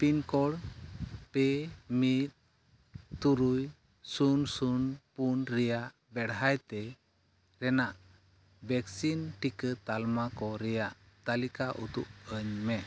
pin code ᱯᱮ ᱢᱤᱫ ᱛᱩᱨᱩᱭ ᱥᱩᱱ ᱥᱩᱱ ᱯᱩᱱ ᱨᱮᱱᱟᱜ ᱵᱮᱲᱦᱟᱭᱛᱮ ᱨᱮᱱᱟᱜ ᱵᱷᱮᱠᱥᱤᱱ ᱴᱤᱠᱟᱹ ᱛᱟᱞᱢᱟᱠᱚ ᱨᱮᱱᱟᱜ ᱛᱟᱞᱤᱠᱟ ᱩᱫᱩᱜ ᱟᱹᱧᱢᱮ